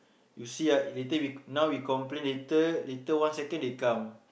you see ah later we now we complain later later one second they come